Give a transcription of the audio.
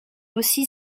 aussi